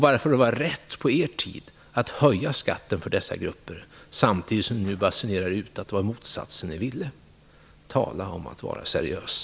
Varför var det rätt på er tid att höja skatter för dessa grupper samtidigt som ni nu basunerar ut att det var motsatsen ni ville? Tala om att vara seriös!